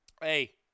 Hey